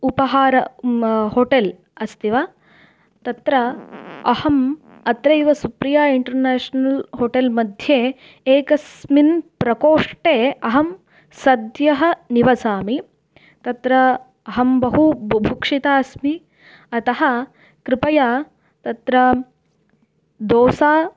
उपहार म होटेल् अस्ति वा तत्र अहम् अत्रैव सुप्रिया इण्टर्नेश्नल् होटेल् मध्ये एकस्मिन् प्रकोष्ठे अहं सद्यः निवसामि तत्र अहं बहु बुभुक्षिता अस्मि अतः कृपया तत्र दोसा